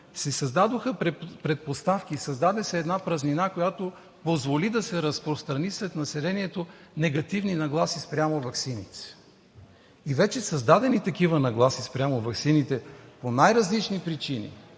създадоха предпостави, създаде се една празнина, която позволява да се разпространят сред населението негативни нагласи спрямо ваксините. И вече са създадени такива нагласи спрямо ваксините по най-различни причини